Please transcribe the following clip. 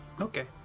Okay